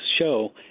show